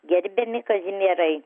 gerbiami kazimierai